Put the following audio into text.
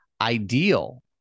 ideal